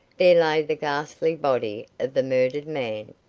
there lay the ghastly body of the murdered man.